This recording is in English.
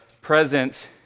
present